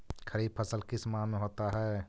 खरिफ फसल किस माह में होता है?